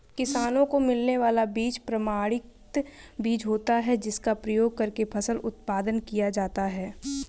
किसानों को मिलने वाला बीज प्रमाणित बीज होता है जिसका प्रयोग करके फसल उत्पादन किया जाता है